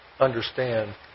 understand